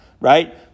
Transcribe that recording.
Right